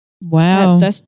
Wow